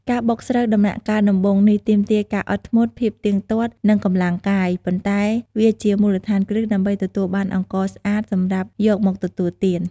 ការបុកស្រូវដំណាក់កាលដំបូងនេះ ទាមទារការអត់ធ្មត់ ភាពទៀងទាត់ និងកម្លាំងកាយ ប៉ុន្តែវាជាមូលដ្ឋានគ្រឹះដើម្បីទទួលបានអង្ករស្អាតសម្រាប់យកមកទទួលទាន។